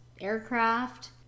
aircraft